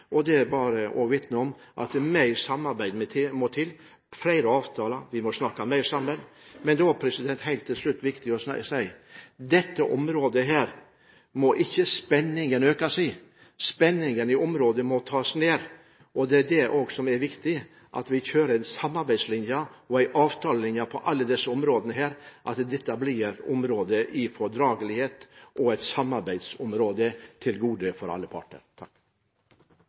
og vitner om at mer samarbeid og flere avtaler må til – vi må snakke mer sammen. Til slutt er det viktig å si at spenningen ikke må økes i dette området. Spenningen i området må tas ned, og det er viktig at vi på alle felt kjører en samarbeidslinje og en avtalelinje, slik at det blir et område der man samarbeider i fordragelighet og til gode for alle parter.